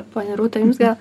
ponia rūta jums gal